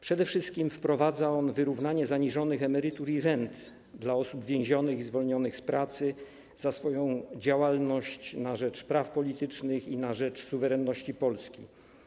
Przede wszystkim wprowadza on wyrównanie zaniżonych emerytur i rent dla osób więzionych i zwolnionych z pracy za swoją działalność na rzecz praw politycznych i na rzecz suwerenności Polski.